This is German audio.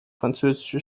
französische